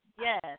Yes